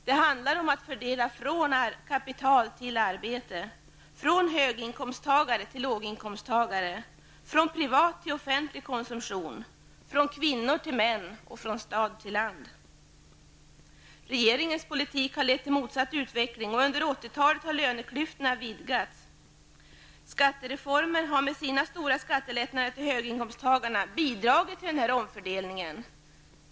Det handlar om att fördela från kapital till arbete, från höginkomsttagare till låginkomsttagare, från privat till offentlig konsumtion, från kvinnor till män och från stad till landsbygd. Regeringens politik har lett till motsatt utveckling och under 80-talet har löneklyftan vidgats. Skattereformen har med sina stora skattelättnader för höginkomsttagarna bidragit till denna omfördelning.